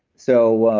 so,